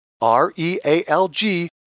R-E-A-L-G